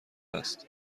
است